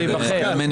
זה כתוב בחוק.